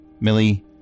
Millie